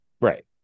right